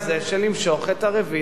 של למשוך את הרוויזיה,